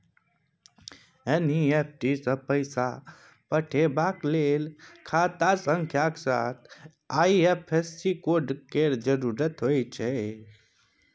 NEFT सँ पैसा पठेबाक लेल खाता संख्याक साथ आई.एफ.एस.सी कोड केर जरुरत होइत छै